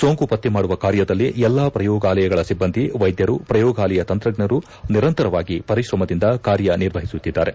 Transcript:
ಸೋಂಕು ಪತ್ತೆ ಮಾಡುವ ಕಾರ್ಯದಲ್ಲಿ ಎಲ್ಲಾ ಪ್ರಯೋಗಾಲಯಗಳ ಸಿಬ್ಬಂದಿ ವೈದ್ಯರು ಪ್ರಯೋಗಾಲಯ ತಂತ್ರಜ್ಞರು ನಿರಂತರವಾಗಿ ಪರಿಶ್ರಮದಿಂದ ಕಾರ್ಯನಿರ್ವಹಿಸುತ್ತಿದ್ದಾರೆ